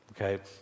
Okay